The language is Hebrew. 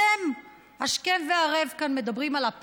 אתם מדברים כאן השכם והערב על אפרטהייד,